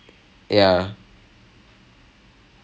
ya to the dude who's performing in esplanade